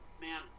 Man